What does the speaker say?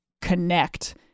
connect